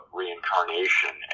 reincarnation